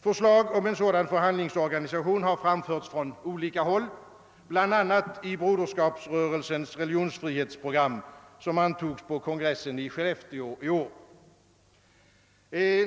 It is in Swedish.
Förslag om en sådan förhandlingsorganisation har framförts från olika håll, bl.a. i Broderskapsrörelsens = religionsfrihetsprogram, som antogs på kongressen i Skellefteå i år.